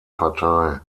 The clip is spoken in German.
partei